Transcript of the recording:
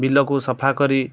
ବିଲକୁ ସଫା କରି